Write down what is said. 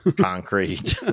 concrete